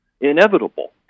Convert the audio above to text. inevitable